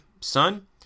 Son